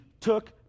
took